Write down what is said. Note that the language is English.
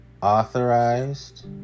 authorized